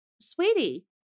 sweetie